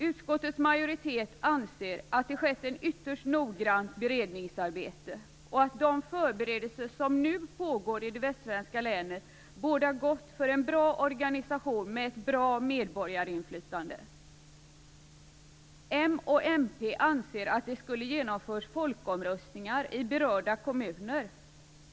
Utskottets majoritet anser att det har skett ett ytterst noggrant beredningsarbete och att de förberedelser som nu pågår i de västsvenska länen bådar gott för en bra organisation med ett bra medborgarinflytande. Moderaterna och Miljöpartiet anser att det skulle ha genomförts folkomröstningar i berörda kommuner.